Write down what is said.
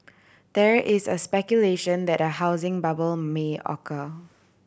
there is a speculation that a housing bubble may occur